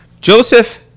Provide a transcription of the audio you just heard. Joseph